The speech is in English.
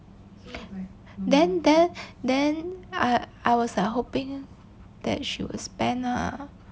then then then I I was like hoping that she would spend ah